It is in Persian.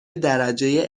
درجه